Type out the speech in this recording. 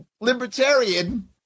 libertarian